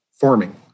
forming